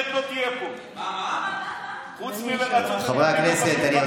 חבר הכנסת סעדה.